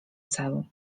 celu